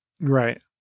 Right